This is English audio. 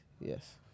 yes